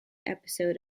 episode